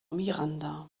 miranda